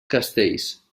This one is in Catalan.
castells